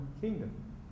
kingdom